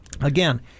again